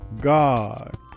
God